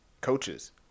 coaches